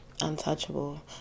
untouchable